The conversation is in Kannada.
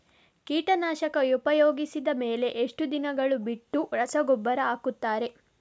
ಕೀಟನಾಶಕ ಉಪಯೋಗಿಸಿದ ಮೇಲೆ ಎಷ್ಟು ದಿನಗಳು ಬಿಟ್ಟು ರಸಗೊಬ್ಬರ ಹಾಕುತ್ತಾರೆ?